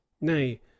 nay